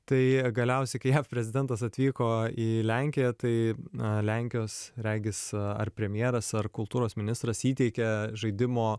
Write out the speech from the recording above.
tai galiausiai kai jav prezidentas atvyko į lenkiją tai na lenkijos regis ar premjeras ar kultūros ministras įteikė žaidimo